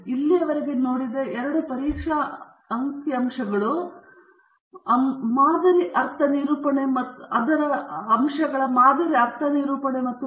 ನಾವು ಇಲ್ಲಿಯವರೆಗೆ ನೋಡಿದ ಎರಡು ಪರೀಕ್ಷಾ ಅಂಕಿಅಂಶಗಳು ಮಾದರಿ ಅರ್ಥ ನಿರೂಪಣೆ ಮತ್ತು ಮಾದರಿ ಭಿನ್ನತೆಗಳಾಗಿವೆ